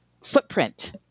footprint